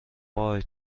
وای